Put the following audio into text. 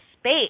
space